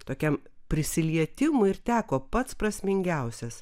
tokiam prisilietimui ir teko pats prasmingiausias